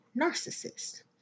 narcissist